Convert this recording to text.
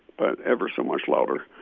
but ever so much louder.